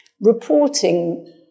reporting